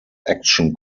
action